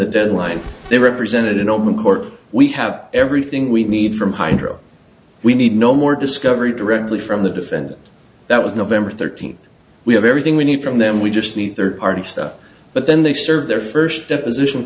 the deadline they represented in open court we have everything we need from hydro we need no more discovery directly from the defendant that was nov thirteenth we have everything we need from them we just need third party stuff but then they serve their first deposition